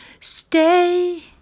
Stay